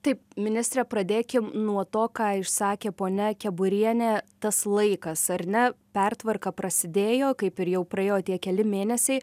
taip ministre pradėkim nuo to ką išsakė ponia keburienė tas laikas ar ne pertvarka prasidėjo kaip ir jau praėjo tie keli mėnesiai